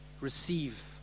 receive